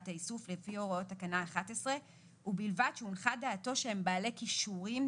האיסוף לפי הוראות תקנה 11 ובלבד שהונחה דעתו שהם בעלי כישורים,